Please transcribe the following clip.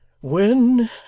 When